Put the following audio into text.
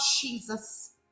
Jesus